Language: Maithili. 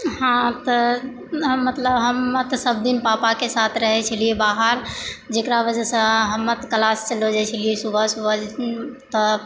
हँ तऽ मतलब हमे तऽ सबदिन पापाके साथ रहै छलिए बाहर जकरा वजहसँ हमे तऽ क्लास चलि जाइ छलिए सुबह सुबह तऽ